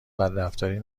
بدرفتاری